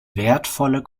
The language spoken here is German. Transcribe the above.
wertvolle